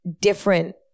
different